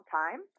time